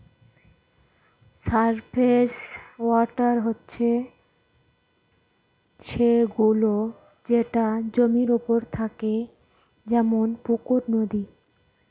surface water হচ্ছে সে গুলো যেটা জমির ওপরে থাকে যেমন পুকুর, নদী